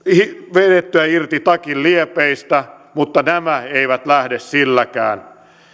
vedettyä irti takinliepeistä mutta nämä eivät lähde silläkään